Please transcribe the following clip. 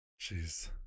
Jeez